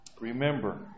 Remember